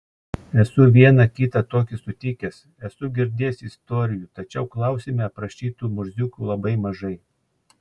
esu vieną kitą tokį sutikęs esu girdėjęs istorijų tačiau klausime aprašytų murziukų labai mažai